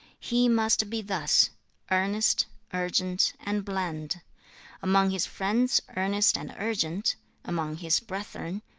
he must be thus earnest, urgent, and bland among his friends, earnest and urgent among his brethren,